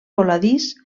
voladís